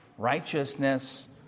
righteousness